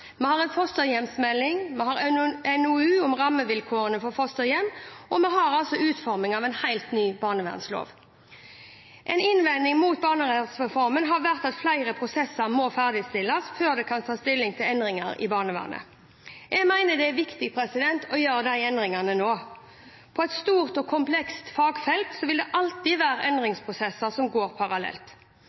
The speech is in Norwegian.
vi har en fosterhjemsmelding, vi har en NOU om rammevilkårene for fosterhjem, og vi har altså utforming av en helt ny barnevernslov. En innvending mot barnevernsreformen har vært at flere prosesser må ferdigstilles før det kan tas stilling til endringer i barnevernet. Jeg mener det er viktig å gjøre de endringene nå. På et stort og komplekst fagfelt vil det alltid være endringsprosesser som går parallelt,